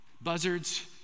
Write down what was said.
Buzzards